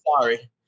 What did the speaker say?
sorry